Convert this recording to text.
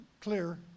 clear